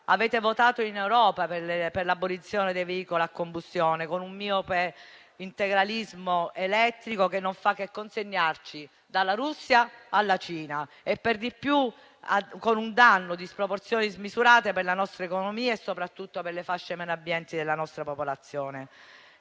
hanno votato in Europa per l'abolizione dei veicoli a combustione, con un miope integralismo elettrico che non fa che consegnarci dalla Russia alla Cina, per di più con un danno di sproporzioni smisurate per la nostra economia e, soprattutto, per le fasce meno abbienti della nostra popolazione?